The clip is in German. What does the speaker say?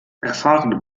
erfahrene